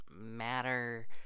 matter